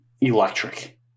electric